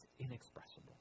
inexpressible